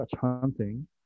hunting